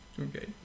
Okay